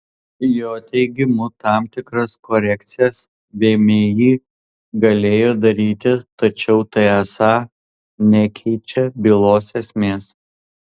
jo teigimu tam tikras korekcijas vmi galėjo daryti tačiau tai esą nekeičia bylos esmės